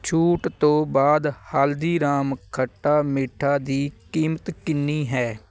ਛੂਟ ਤੋਂ ਬਾਅਦ ਹਲਦੀਰਾਮ ਖੱਟਾ ਮੀਠਾ ਦੀ ਕੀਮਤ ਕਿੰਨੀ ਹੈ